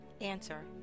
Answer